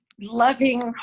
loving